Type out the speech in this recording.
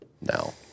now